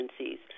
agencies